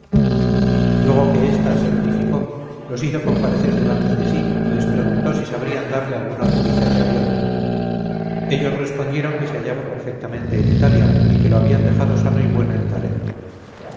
luego que ésta se verificó los hizo comparecer delante de sí y les preguntó si sabrían darle alguna noticia de arión ellos respondieron que se hallaba perfectamente en italia y que lo habían dejado sano y bueno en tarento